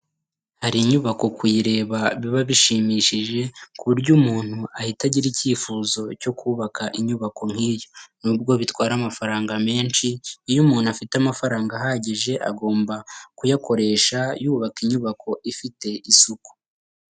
Inyubako kuyireba biba bishimishije kuburyo umuntu ahita agira icyifuzo cyo kubaka inyubako nkiyo, nubwo bitwara amafaranga menshi, iyo umuntu afite amafaranga ahagije agomba kuyakoresha yubaka inyubako ifite isuku.